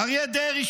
אריה דרעי,